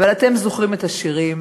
אבל אתם זוכרים את השירים,